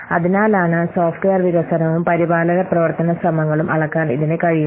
അതിനാലാണ് സോഫ്റ്റ്വെയർ വികസനവും പരിപാലന പ്രവർത്തന ശ്രമങ്ങളും അളക്കാൻ ഇതിന് കഴിയുന്നത്